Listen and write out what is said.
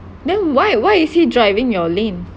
then why why is he driving your lane